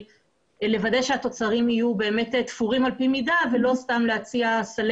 לוודא שהתוצרים יהיו באמת תפורים על פי מידה ולא סתם להציע סלי